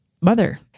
mother